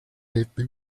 ebbe